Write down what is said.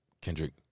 Kendrick